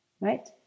Right